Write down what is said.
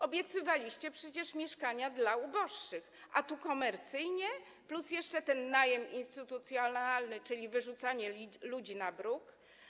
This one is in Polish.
Obiecywaliście przecież mieszkania dla uboższych, a tu komercyjnie, plus jeszcze najem instytucjonalny, czyli wyrzucanie ludzi na bruk.